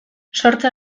sortze